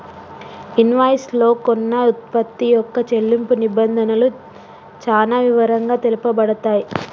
invoice లో కొన్న వుత్పత్తి యొక్క చెల్లింపు నిబంధనలు చానా వివరంగా తెలుపబడతయ్